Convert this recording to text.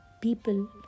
people